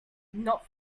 not